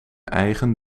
eigen